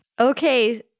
okay